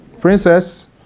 Princess